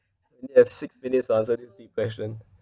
you have six minutes to answer this deep question